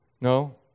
no